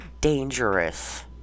dangerous